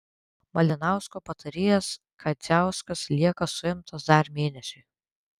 malinausko patarėjas kadziauskas lieka suimtas dar mėnesiui